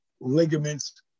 ligaments